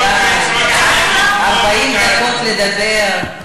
לא, 40 דקות לדבר,